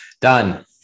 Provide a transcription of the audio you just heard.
Done